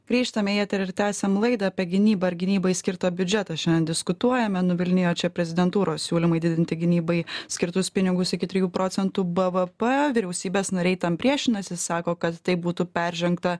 grįžtam į eterį ir tęsiam laidą apie gynybą ir gynybai skirtą biudžetą šiandien diskutuojame nuvilnijo čia prezidentūros siūlymai didinti gynybai skirtus pinigus iki trijų procentų bvp vyriausybės nariai tam priešinasi sako kad tai būtų peržengta